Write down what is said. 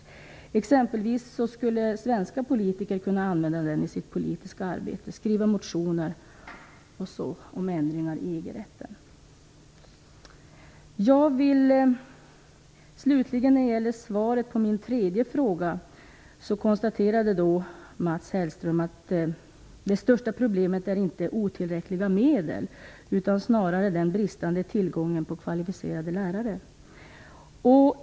Svenska politiker skulle exempelvis kunna använda den i sitt politiska arbete och t.ex. skriva motioner om ändringar i EG-rätten. I svaret på min tredje fråga konstaterade Mats Hellström att det största problemet inte är otillräckliga medel utan snarare den bristande tillgången på kvalificerade lärare.